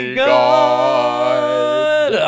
god